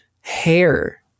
hair